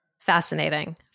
Fascinating